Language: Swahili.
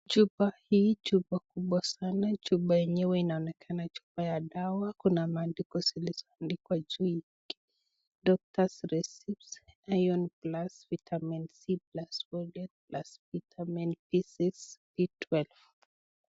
Chupa hii ni chupa kubwa sana chupa enyewe inaonekana chupa ya dawa, kuna maandiko iliyoandikwa Doctors recipes, iron plus vitamin c +vitamin B6, B12, .